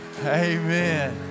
Amen